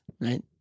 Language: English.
right